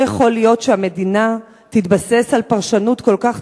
לא יכול להיות שהמדינה תתבסס על פרשנות כל כך